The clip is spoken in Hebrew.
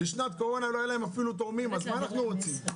בשנת הקורונה לא היו להם אפילו תורמים אז מה אנחנו רוצים,